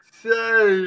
say